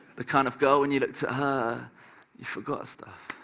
the kind of girl when you looked at her you forgot stuff,